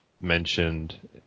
mentioned